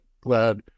Glad